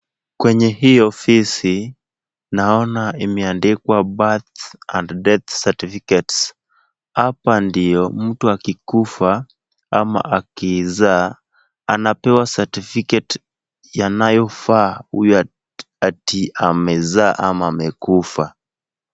Kwenye hii ofisi naona imeandikwa birth and death certificates . Hapa ndio mtu akikufa ama akizaa anapewa certificate yanayofaa huyo ati amezaa ama amekufa.